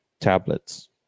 tablets